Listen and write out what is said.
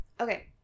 okay